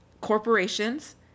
corporations